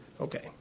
Okay